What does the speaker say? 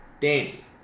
Danny